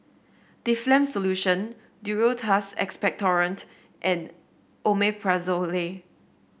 Difflam Solution Duro Tuss Expectorant and Omeprazole